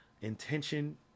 intention